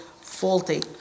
faulty